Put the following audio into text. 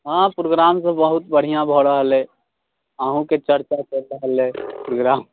हँ प्रोग्राम सब बहुत बढ़िआँ भऽ रहल अइ अहुँके बहुत चर्चा चलि रहल अइ प्रोग्राम